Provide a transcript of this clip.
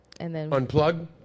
Unplug